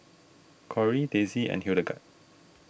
Kory Daisy and Hildegarde